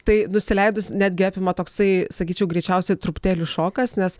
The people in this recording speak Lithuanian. tai nusileidus netgi apima toksai sakyčiau greičiausiai truputėlį šokas nes